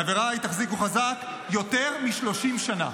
חבריי, תחזיקו חזק, יותר מ-30 שנה.